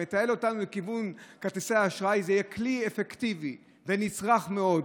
מתעל אותנו לכיוון כרטיסי האשראי זה יהיה כלי אפקטיבי ונצרך מאוד.